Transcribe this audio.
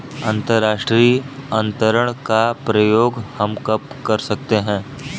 अंतर्राष्ट्रीय अंतरण का प्रयोग हम कब कर सकते हैं?